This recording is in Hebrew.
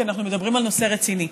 כי אנחנו מדברים על נושא רציני.